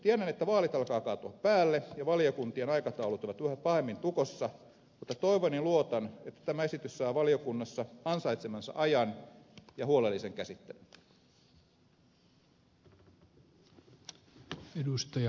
tiedän että vaalit alkavat kaatua päälle ja valiokuntien aikataulut ovat yhä pahemmin tukossa mutta toivon ja luotan että tämä esitys saa valiokunnassa ansaitsemansa ajan ja huolellisen käsittelyn